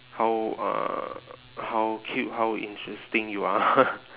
how uh how cute how interesting you are